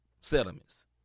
settlements